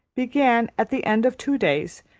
began, at the end of two days,